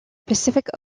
pacific